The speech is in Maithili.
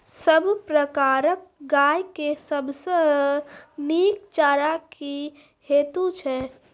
सब प्रकारक गाय के सबसे नीक चारा की हेतु छै?